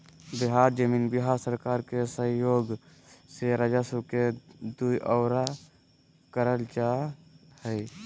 बिहार जमीन बिहार सरकार के सहइोग से राजस्व के दुऔरा करल जा हइ